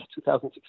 2016